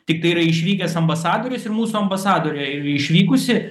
tiktai yra išvykęs ambasadorius ir mūsų ambasadorė yra išvykusi